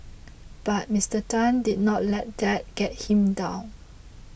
but Mister Tan did not let that get him down